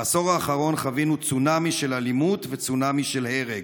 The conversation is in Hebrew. בעשור האחרון חווינו צונאמי של אלימות וצונאמי של הרג.